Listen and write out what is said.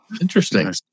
Interesting